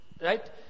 Right